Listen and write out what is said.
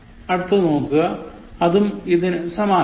അടുത്തത് നോക്കുക അതും ഇതിനു സമാനമാണ്